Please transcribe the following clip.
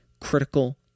critical